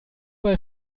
bei